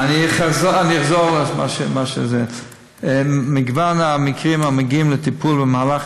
אני אחזור על זה: מגוון המקרים המגיעים לטיפול במהלך